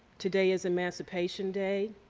today is emancipation day.